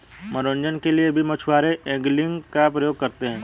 मनोरंजन के लिए भी मछुआरे एंगलिंग का प्रयोग करते हैं